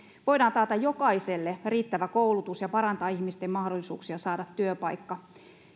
voidaan taata jokaiselle riittävä koulutus ja parantaa ihmisten mahdollisuuksia saada työpaikka